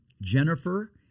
Jennifer